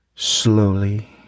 Slowly